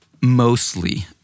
mostly